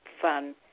fun